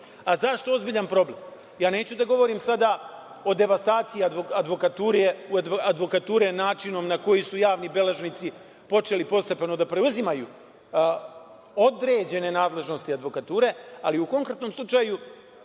ozbiljan problem? Ja, neću da govorim sada o devastaciji advokature načinom na koji su javni beležnici počeli postepeno da preuzimaju određene nadležnosti advokature, ali u konkretnom slučaju